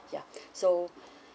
ya so